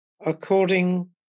according